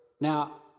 now